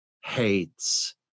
hates